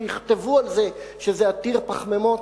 שיכתבו על זה שזה עתיר פחמימות,